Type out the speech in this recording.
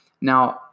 now